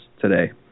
today